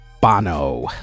Bono